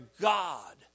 God